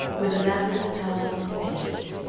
with elaborate power and patience,